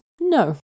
no